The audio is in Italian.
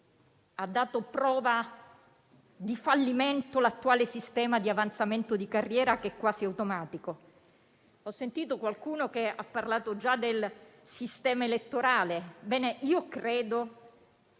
Ha dato prova di fallimento l'attuale sistema di avanzamento di carriera, che è quasi automatico. Ho sentito qualcuno che ha parlato già del sistema elettorale. Bene, io credo